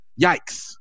yikes